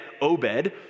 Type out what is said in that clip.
Obed